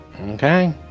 Okay